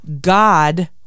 God